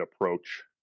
approach